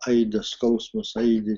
aidi skausmas aidi